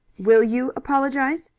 will you apologize?